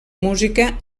música